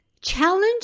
challenge